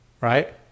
Right